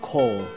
Call